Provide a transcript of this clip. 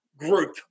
group